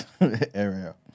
area